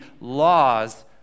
laws